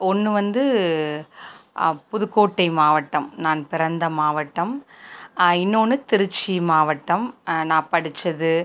ஒன்று வந்து புதுக்கோட்டை மாவட்டம் நான் பிறந்த மாவட்டம் இன்னொன்று திருச்சி மாவட்டம் நான் படிச்சது